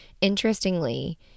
Interestingly